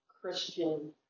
Christian